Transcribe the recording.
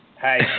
Hey